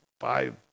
five